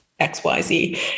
xyz